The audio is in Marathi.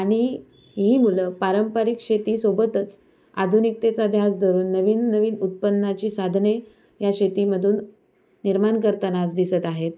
आणि ही मुलं पारंपरिक शेतीसोबतच आधुनिकतेचा ध्यास धरून नवीन नवीन उत्पन्नाची साधने या शेतीमधून निर्माण करताना आज दिसत आहेत